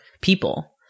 people